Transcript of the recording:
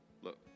Look